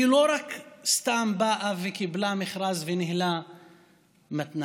היא לא רק באה וקיבלה מכרז וניהלה מתנ"ס.